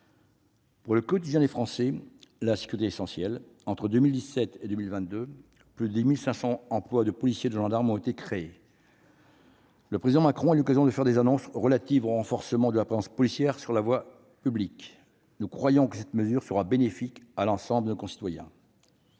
au quotidien des Français. Entre 2017 et 2022, plus de 10 500 emplois de policiers et de gendarmes auront été créés. Le président Macron a eu l'occasion de faire des annonces relatives au renforcement de la présence policière sur la voie publique. Nous croyons que cette mesure sera bénéfique à l'ensemble de nos concitoyens.